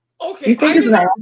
Okay